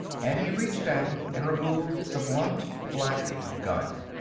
and he reached down and removed the blunt, black gun.